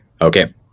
Okay